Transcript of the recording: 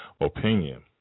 opinion